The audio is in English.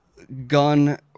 gun